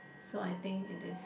so I think it is